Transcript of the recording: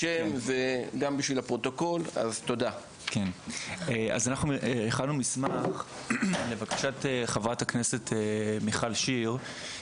אז אנחנו הכנו מסמך לבקשת חברת הכנסת מיכל שיר,